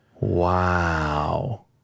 Wow